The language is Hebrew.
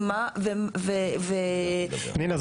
פנינה,